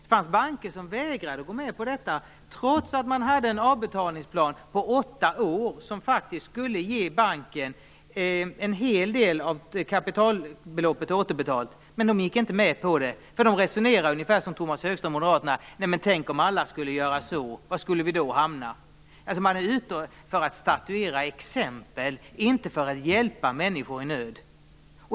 Det fanns banker som vägrade att gå med på detta, trots att man hade en avbetalningsplan på åtta år, som skulle ge banken en hel del av kapitalbeloppet åter, men de gick inte med på det. De resonerade ungefär som Tomas Högström och moderaterna: Tänk om alla skulle göra så! Var skulle vi då hamna? Man är alltså ute för att statuera exempel, inte för att hjälpa människor i nöd.